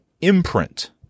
imprint